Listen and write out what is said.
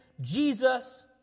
Jesus